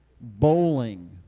bowling